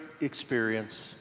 experience